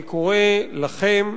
אני קורא לכם,